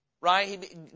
right